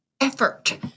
effort